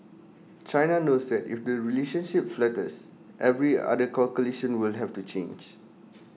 China knows that if the relationship falters every other calculation will have to change